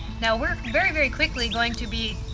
now we're very very quickly going to be